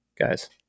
guys